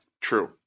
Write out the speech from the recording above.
True